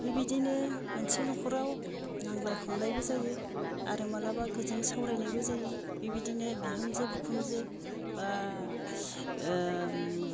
बेबायदिनो मोनसे न'खराव नांज्लाय खमज्लायबो जायो आरो माब्लाबा गोजोन सावरायनायबो जायो बिबायदिनो बिहामजो बिखुनजो बा